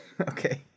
Okay